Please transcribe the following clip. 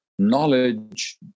knowledge